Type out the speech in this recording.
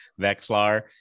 Vexlar